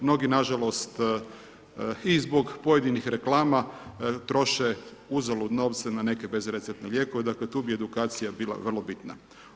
Mnogi nažalost i zbog pojedinih reklama troše uzalud novce na neke bez receptne lijekove, dakle tu bi edukacija bila vrlo bitna.